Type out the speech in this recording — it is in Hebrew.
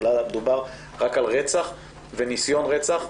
בתחילה היה מדובר רק על רצח וניסיון רצח,